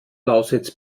lausitz